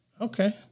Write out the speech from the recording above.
Okay